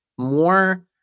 more